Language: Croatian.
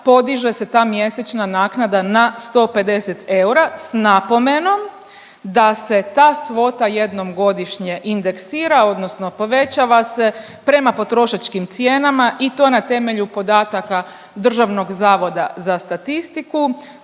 podiže se ta mjesečna naknada na 150 eura s napomenom da se ta svota jednom godišnje indeksira odnosno povećava se prema potrošačkim cijenama i to na temelju podataka DZS-a, a odluku o tome u